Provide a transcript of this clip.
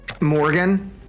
Morgan